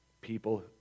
people